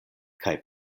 kaj